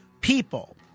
people